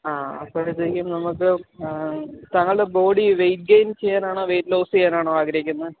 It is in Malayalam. ആ അപ്പോഴത്തേക്കും നമുക്ക് താങ്കളുടെ ബോഡി വെയിറ്റ് ഗെയിൻ ചെയ്യാനാണോ വെയിറ്റ് ലോസ് ചെയ്യാനാണോ ആഗ്രഹിക്കുന്നത്